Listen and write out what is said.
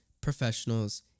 professionals